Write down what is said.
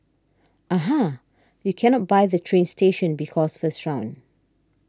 aha you cannot buy the train station because first round